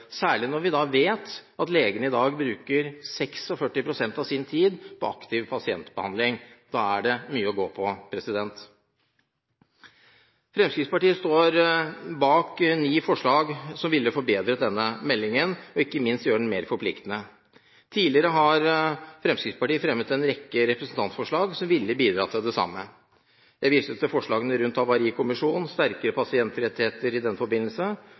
særlig når vi vet at legene i dag bruker 46 pst. av sin tid på aktiv pasientbehandling. Da er det mye å gå på. Fremskrittspartiet står bak ni forslag som ville forbedret denne meldingen, ikke minst gjøre den mer forpliktende. Tidligere har Fremskrittspartiet fremmet en rekke representantforslag som ville bidratt til det samme. Jeg viser til forslagene rundt havarikommisjonen og sterkere pasientrettigheter i den forbindelse.